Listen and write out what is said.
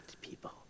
people